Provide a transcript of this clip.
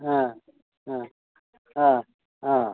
ആ ആ ആ ആ